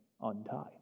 untie